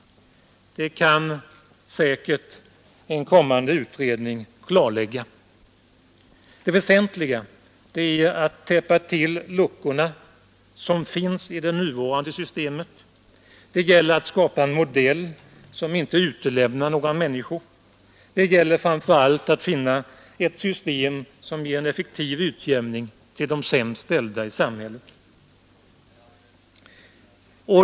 Det kan säkert en kommande utredning klarlägga. Det väsentliga är att täppa till de luckor som finns i det nuvarande systemet. Det g iller att skapa en modell som inte utelämnar några människor. Det gäller framför allt att finna ett system som ger en effektiv utjämning till de sämst ställda i samhället.